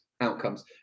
outcomes